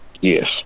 Yes